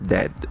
Dead